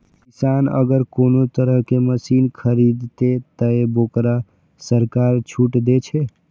किसान अगर कोनो तरह के मशीन खरीद ते तय वोकरा सरकार छूट दे छे?